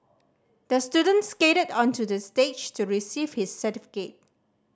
the student skated onto the stage to receive his certificate